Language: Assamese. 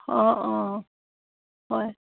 অঁ অঁ হয়